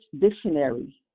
Dictionary